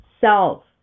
self